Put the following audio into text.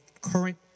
current